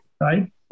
Right